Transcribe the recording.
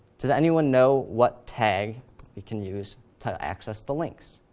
does anyone know what tag we can use to access the links?